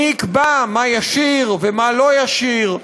מי יקבע מה ישיר ומה לא ישיר,